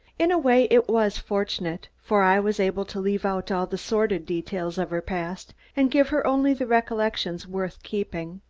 in a way, it was fortunate, for i was able to leave out all the sordid details of her past and give her only the recollections worth keeping.